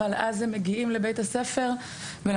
אבל אז הם מגיעים לבית הספר ולמסגרות